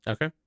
Okay